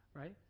right